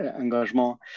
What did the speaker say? engagement